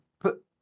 put